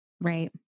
Right